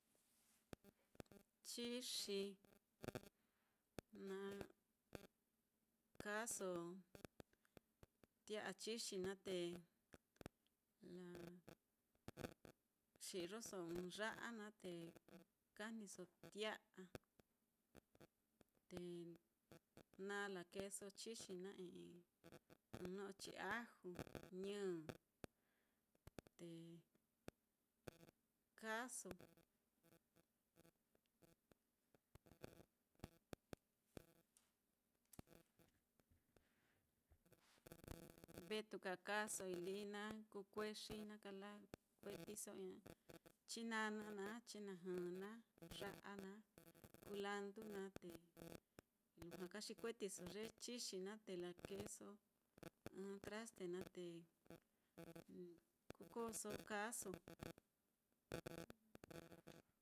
chixi, na kaaso tia'a chixi naá, te laxi'yoso ɨ́ɨ́n ya'a naá te kajniso tia'a, te naá lakeeso chixi naá i'i ɨ́ɨ́n no'o chi aju, ñɨ, te kaaso. vetuka kaasoi lí, na kuu kuexii, na kalakuetiso i'i chinana naá, chinajɨ naá, ya'a naá, kulandu naá, te lujua kaxi kuetiso ye chixi naá, te lakeeso ɨ́ɨ́n traste naá te kukoso kaaso.